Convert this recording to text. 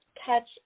catch